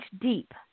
deep